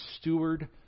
steward